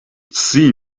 see